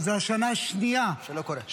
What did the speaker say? זו השנה השנייה -- שזה לא קורה.